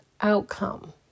outcome